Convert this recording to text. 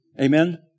Amen